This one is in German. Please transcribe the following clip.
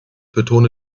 betone